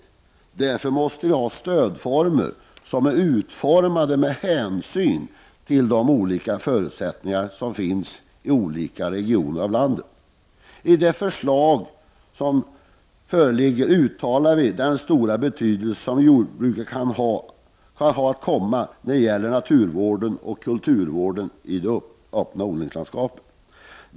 Därför måste vi ha stödformer som är utformade med hänsyn till de olika förutsättningar som finns i olika delar av landet. I det förslag som föreligger understryker vi den stora betydelse som jordbruket har, och kan komma att ha, när det gäller naturvården och kulturvården i det öppna odlingslandskapet.